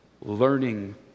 learning